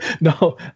No